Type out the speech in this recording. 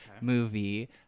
movie